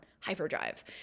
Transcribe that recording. hyperdrive